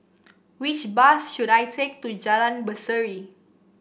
which bus should I take to Jalan Berseri